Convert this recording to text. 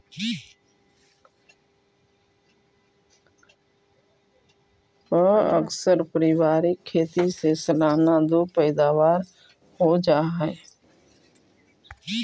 प्अक्सर पारिवारिक खेती से सालाना दो पैदावार हो जा हइ